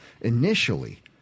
initially